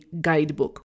guidebook